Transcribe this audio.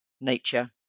nature